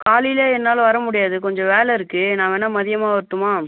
காலையில என்னால் வரமுடியாது கொஞ்சம் வேலை இருக்கு நான் வேணா மதியமாக வரட்டுமா